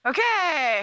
Okay